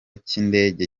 cy’indege